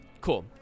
cool